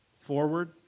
forward